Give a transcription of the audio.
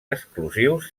exclusius